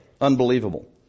Unbelievable